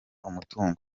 umutungo